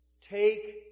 Take